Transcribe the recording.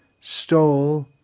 stole